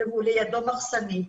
ולידו מחסנית.